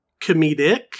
comedic